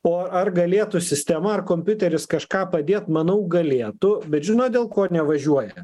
o ar galėtų sistema ar kompiuteris kažką padėt manau galėtų bet žinot dėl ko nevažiuoja